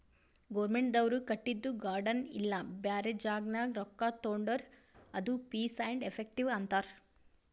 ಗೌರ್ಮೆಂಟ್ದವ್ರು ಕಟ್ಟಿದು ಗಾರ್ಡನ್ ಇಲ್ಲಾ ಬ್ಯಾರೆ ಜಾಗನಾಗ್ ರೊಕ್ಕಾ ತೊಂಡುರ್ ಅದು ಫೀಸ್ ಆ್ಯಂಡ್ ಎಫೆಕ್ಟಿವ್ ಅಂತಾರ್